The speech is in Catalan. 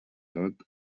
tot